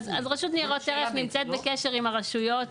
רשות ניירות ערך נמצאת בקשר עם הרשויות